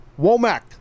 Womack